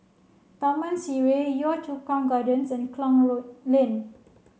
Taman Sireh Yio Chu Kang Gardens and Klang Road Lane